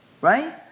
right